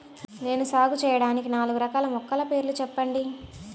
నేను సాగు చేయటానికి నాలుగు రకాల మొలకల పేర్లు చెప్పండి?